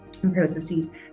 processes